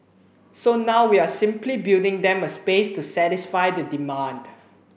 so now we're simply building them a space to satisfy the demand